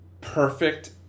Perfect